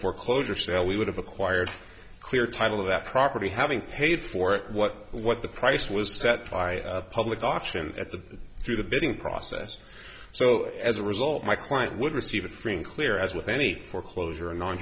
foreclosure sale we would have acquired clear title of that property having paid for it what what the price was set by public auction at the through the bidding process so as a result my client would receive a free and clear as with any foreclosure a n